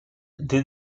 the